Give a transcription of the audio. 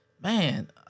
man